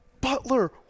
butler